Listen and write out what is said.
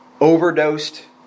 overdosed